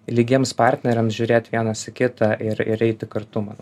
lygiems partneriams žiūrėt vienas kitą ir ir eiti kartu manau